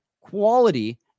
quality